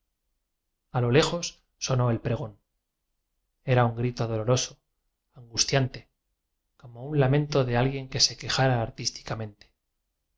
a lo lejos sonó el pregón era un grito doloroso angustiante como un lamento de alguien que se quejara artísticamente